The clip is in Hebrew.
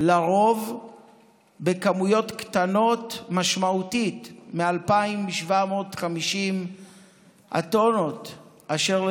לרוב בכמויות קטנות משמעותית מ-2,750 הטונות אשר,